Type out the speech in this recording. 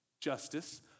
justice